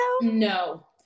No